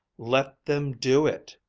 let them do it!